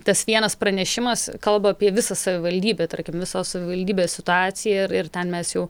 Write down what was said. tas vienas pranešimas kalba apie visą savivaldybę tarkim visos savivaldybės situaciją ir ir ten mes jau